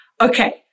Okay